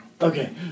Okay